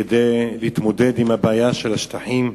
כדי להתמודד עם הבעיה של השטחים,